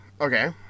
Okay